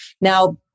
Now